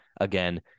again